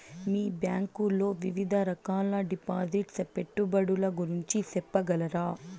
మీ bank లో వివిధ రకాల డిపాసిట్స్, పెట్టుబడుల గురించి సెప్పగలరా?